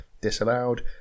disallowed